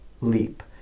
leap